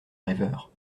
rêveur